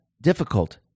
difficult